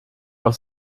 auf